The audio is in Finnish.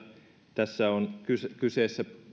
tässä on kyseessä